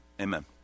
amen